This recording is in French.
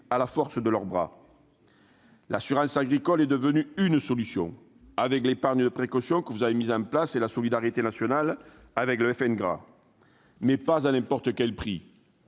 à la force de leurs bras. L'assurance agricole est devenue une solution, avec l'épargne de précaution, que le ministre a mise en place, et la solidarité nationale le FNGRA, mais pas à n'importe quel prix